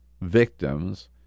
victims